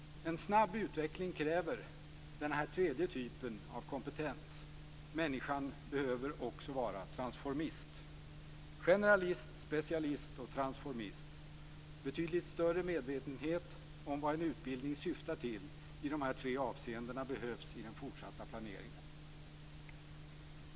En snabb utveckling kräver denna tredje typ av kompetens. Människan behöver också vara "transformist". Hon måste alltså vara generalist, specialist och transformist. Betydligt större medvetenhet om vad en utbildning syftar till i dessa tre avseenden behövs i den fortsatta planeringen.